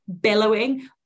billowing